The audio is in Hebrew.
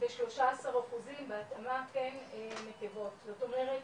ו-13 אחוזים בהתאמה הן נקבות, זאת אומרת